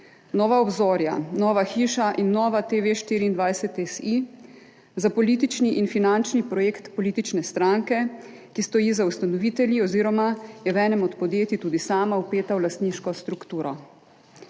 Nova obzorja, Nova hiša in NovaTV24.si, za politični in finančni projekt politične stranke, ki stoji za ustanovitelji oziroma je v enem od podjetij tudi sama vpeta v lastniško strukturo.